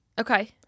Okay